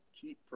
keep